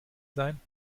sein